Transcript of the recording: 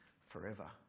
forever